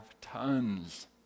tons